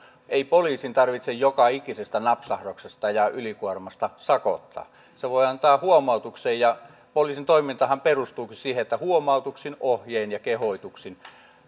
ei poliisin tarvitse joka ikisestä napsahduksesta ja ylikuormasta sakottaa se voi antaa huomautuksen ja poliisin toimintahan perustuukin siihen että huomautuksin ohjein ja kehotuksin